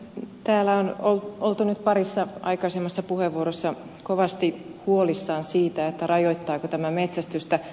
täällä on oltu nyt parissa aikaisemmassa puheenvuorossa kovasti huolissaan siitä rajoittaako tämä metsästystä